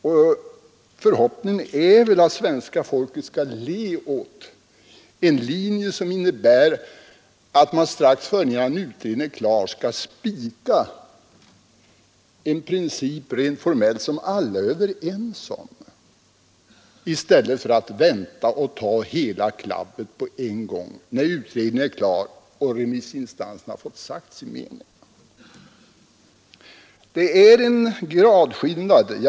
Min förhoppning är att svenska folket skall le åt en linje som innebär att man strax innan utredningen är klar skall avgöra frågan principiellt, en detalj vars avgörande inte får någon praktisk betydelse för sakens gång.